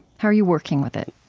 how are you working with it?